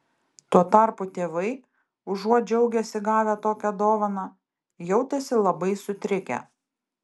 tuo tarpu tėvai užuot džiaugęsi gavę tokią dovaną jautėsi labai sutrikę